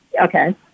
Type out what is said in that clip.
Okay